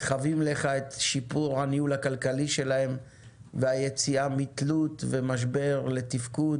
חבים לך את שיפור הניהול הכלכלי שלהם והיציאה מתלות ומשבר לתפקוד,